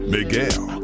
Miguel